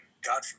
God